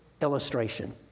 illustration